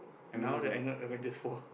now that I know Avengers four